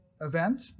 event